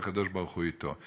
והקדוש-ברוך-הוא אתו.